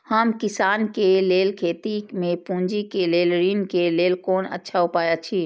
हम किसानके लेल खेती में पुंजी के लेल ऋण के लेल कोन अच्छा उपाय अछि?